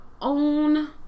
own